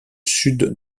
sud